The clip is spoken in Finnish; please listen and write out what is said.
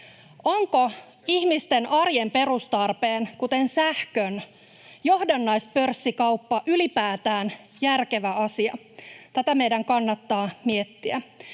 Onko ihmisten arjen perustarpeen, kuten sähkön, johdannaispörssikauppa ylipäätään järkevä asia? Tätä meidän kannattaa miettiä,